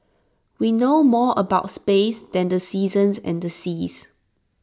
we know more about space than the seasons and the seas